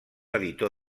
editor